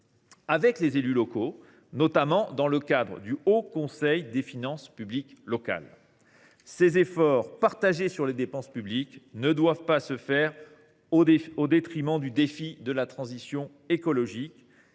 avec les élus locaux, notamment dans le cadre du Haut Conseil des finances publiques locales, le HCFPL. Ces efforts partagés sur les dépenses publiques ne doivent pas se faire au détriment du défi de la transition écologique,